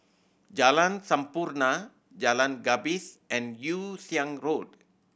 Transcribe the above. Jalan Sampurna Jalan Gapis and Yew Siang Road